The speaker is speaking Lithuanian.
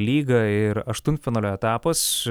lyga ir aštunfinalio etapas